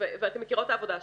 ואתן מכירות את העבודה שלי.